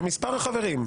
כמספר החברים.